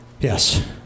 Yes